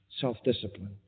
Self-discipline